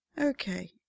Okay